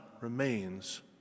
remains